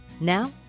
Now